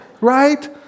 Right